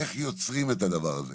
איך יוצרים את הדבר הזה,